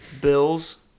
Bills